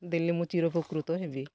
ଦେଲେ ମୁଁ ଚିରୋପକୃତ ହେବି